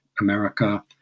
America